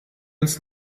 uns